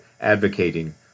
advocating